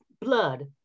blood